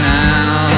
now